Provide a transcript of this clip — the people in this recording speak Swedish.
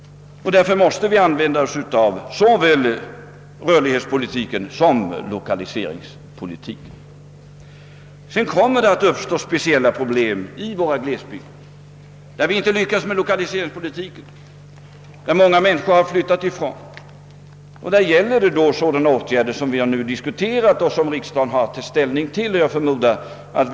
Därför måste vi använda oss av såväl rörlighetspolitiken som 10 kaliseringspolitiken. Speciella problem kommer att uppstå i glesbygderna. Där lyckas vi inte med: lokaliseringspolitik. I de bygder som många människor har flyttat ut från gäller det att ta till sådana åtgärder som vi har diskuterat och som riksdagen har att ta ställning till. Jag förmodar att.